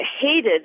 hated